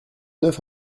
neuf